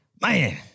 Man